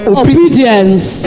obedience